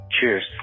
Cheers